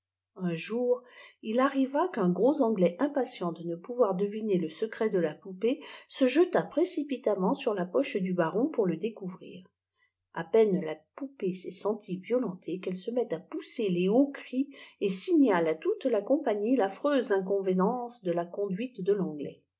un jour îl arriva qu'un gros anglais impatient de né pouvoir deviner le secret de la poupée se jeta précipitamment sur la poche du baron pour le découvrir a peine la poupée s'est sentie violentée qu'elle se met à pousser les hauts cris et signale à toute la compagnie l'affreuse inconvenance de la conduite de l'anglais